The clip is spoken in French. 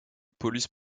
paulus